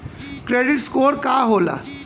Credit score का होला?